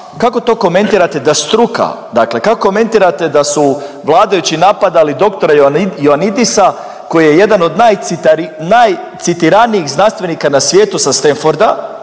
Kako to komentirate da struka, dakle kako komentirate da su vladajući napadali doktora Ionidisa koji je jedan od najcitiranijih znanstvenika na svijetu sa Stamforda.